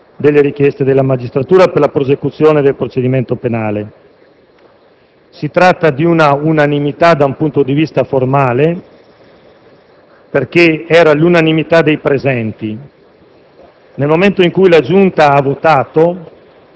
avrebbe all'unanimità dato indicazione per il non accoglimento delle richieste della magistratura per la prosecuzione del procedimento penale. Si tratta di un'unanimità da un punto di vista formale,